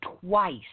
twice